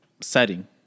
Setting